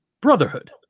brotherhood